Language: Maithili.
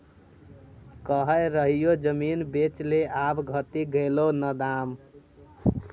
कहय रहियौ जमीन बेच ले आब घटि गेलौ न दाम